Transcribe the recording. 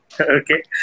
Okay